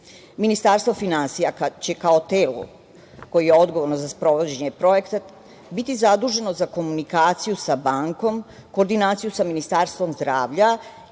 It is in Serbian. Ministarstvo finansija će, kao telo koje je odgovorno za sprovođenje projekta, biti zaduženo za komunikaciju sa bankom, koordinaciju sa Ministarstvom zdravlja